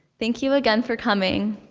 thank you again for coming.